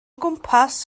gwmpas